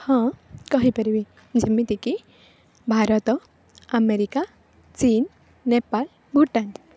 ହଁ କହି ପାରିବି ଯେମିତିକି ଭାରତ ଆମେରିକା ଚୀନ୍ ନେପାଳ ଭୁଟାନ୍